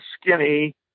skinny